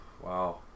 wow